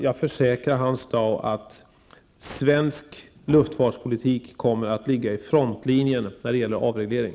Jag försäkrar Hans Dau att Sverige på luftfartspolitikens område kommer att ligga i frontlinjen när det gäller avreglering.